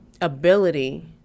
ability